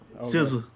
Scissor